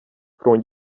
från